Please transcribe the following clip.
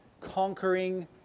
conquering